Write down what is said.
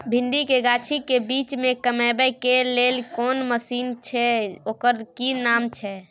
भिंडी के गाछी के बीच में कमबै के लेल कोन मसीन छै ओकर कि नाम छी?